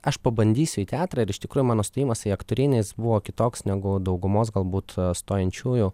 aš pabandysiu į teatrą ir iš tikrųjų mano stojimas į aktorinį buvo kitoks negu daugumos galbūt stojančiųjų